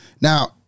Now